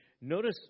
notice